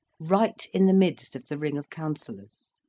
right in the midst of the ring of counsellors.